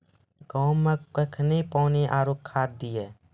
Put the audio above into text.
गेहूँ मे कखेन पानी आरु खाद दिये?